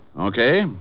Okay